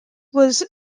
was